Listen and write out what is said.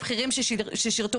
לבכירים ששירתו